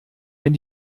wenn